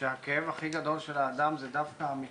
אז אני